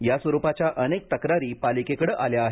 या स्वरूपाच्या अनेक तक्रारी पालिकेकडे आल्या आहेत